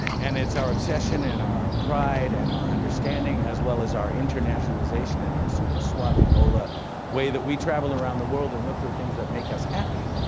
and it's our obsession and our pride and our understanding, as well as our internationalization in our super suave' bolla way that we travel around the world and look for things that make us happy,